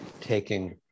taking